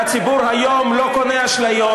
והציבור היום לא קונה אשליות,